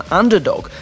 underdog